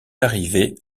arrivée